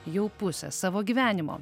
jau pusę savo gyvenimo